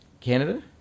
Canada